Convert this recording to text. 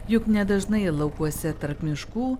juk nedažnai laukuose tarp miškų